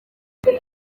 umwe